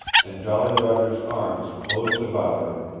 and jolly roger's arms closed about her,